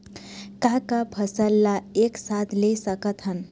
का का फसल ला एक साथ ले सकत हन?